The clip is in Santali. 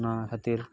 ᱚᱱᱟ ᱠᱷᱟᱹᱛᱤᱨ